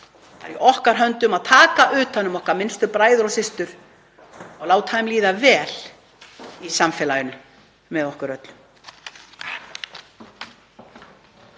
Það er í okkar höndum að taka utan um okkar minnstu bræður og systur og láta þeim líða vel í samfélaginu með okkur öllum.